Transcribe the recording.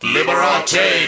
Liberate